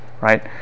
Right